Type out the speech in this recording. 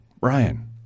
Brian